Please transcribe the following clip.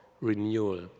renewal